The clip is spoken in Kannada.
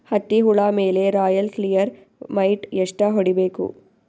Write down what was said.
ಹತ್ತಿ ಹುಳ ಮೇಲೆ ರಾಯಲ್ ಕ್ಲಿಯರ್ ಮೈಟ್ ಎಷ್ಟ ಹೊಡಿಬೇಕು?